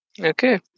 Okay